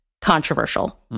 controversial